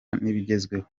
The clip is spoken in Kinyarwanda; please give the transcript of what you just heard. n’ibigezweho